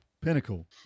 pinnacle